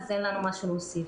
אז אין לנו משהו להוסיף.